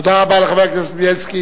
תודה רבה לחבר הכנסת בילסקי.